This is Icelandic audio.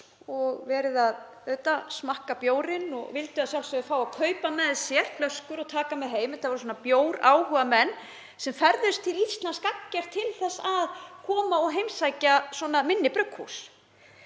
og verið að smakka bjórinn og vildi að sjálfsögðu fá að kaupa flöskur til að taka með sér heim. Þetta voru bjóráhugamenn sem ferðuðust til Íslands gagngert til þess að koma og heimsækja svona minni brugghús.